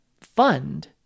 fund